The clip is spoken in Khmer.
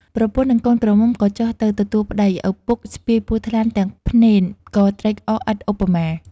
ប្រពន្ធនិងកូនក្រមុំក៏ចុះទៅទទួលប្ដី ឪពុកស្ពាយពស់ថ្លាន់ទាំងភ្នេនក៏ត្រេកអរឥតឧបមា។